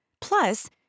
Plus